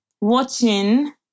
Watching